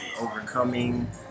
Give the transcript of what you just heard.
overcoming